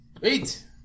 Wait